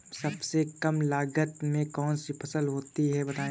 सबसे कम लागत में कौन सी फसल होती है बताएँ?